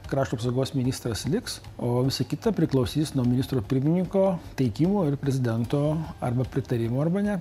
krašto apsaugos ministras liks o visa kita priklausys nuo ministro pirmininko teikimo ir prezidento arba pritarimo arba ne